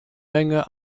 menge